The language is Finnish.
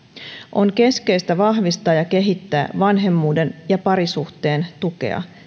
on keskeistä vahvistaa ja kehittää vanhemmuuden ja parisuhteen tukea